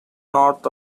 north